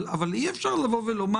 אבל אי אפשר לומר: